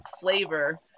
flavor